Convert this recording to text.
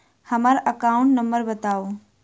हम्मर account number बताऊ?